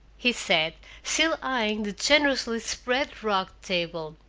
he said, still eying the generously spread rock table.